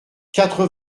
quatre